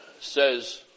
says